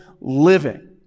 living